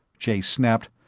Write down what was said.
jay snapped.